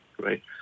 right